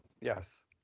Yes